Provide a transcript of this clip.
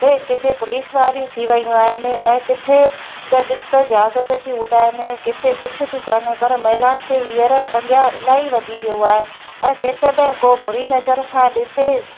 ऐं किथे पुलिस वारियूं थी वेयूं आहिनि ऐं किथे त ॾिस त जहाज पेयूं थी उॾाइनि किथे कुझु थियूं कनि पर महिलाउनि खे हींअर अॻिया इलाही वधी वियो आहे ऐं जे कॾहिं को बुरी नज़र सां ॾिसे